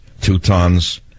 Teutons